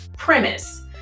premise